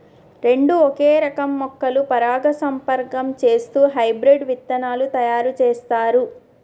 రెండు ఒకే రకం మొక్కలు పరాగసంపర్కం చేస్తూ హైబ్రిడ్ విత్తనాలు తయారు చేస్తారు